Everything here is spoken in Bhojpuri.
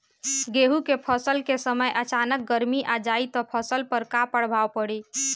गेहुँ के फसल के समय अचानक गर्मी आ जाई त फसल पर का प्रभाव पड़ी?